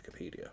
Wikipedia